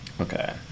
Okay